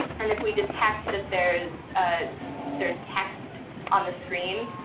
and if we detect that there's ah there's text on the screen,